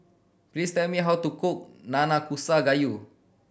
please tell me how to cook Nanakusa Gayu